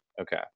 Okay